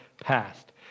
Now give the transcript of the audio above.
passed